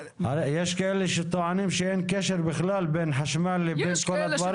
יש כאלה שטוענים שאין קשר בכלל בין חשמל לבין כל הדברים.